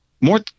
more